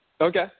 Okay